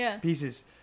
pieces